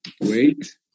Wait